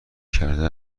کرده